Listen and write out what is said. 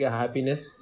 happiness